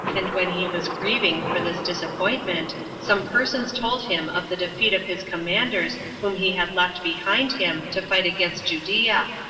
and when he was grieving for this disappointment, some persons told him of the defeat of his commanders whom he had left behind him to fight against judea,